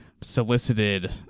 solicited